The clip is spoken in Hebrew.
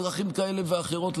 בדרכים כאלה ואחרות,